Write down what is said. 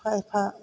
एफा एफा